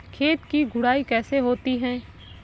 खेत की गुड़ाई कैसे होती हैं?